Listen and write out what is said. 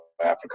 Africa